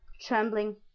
trembling